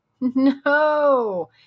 No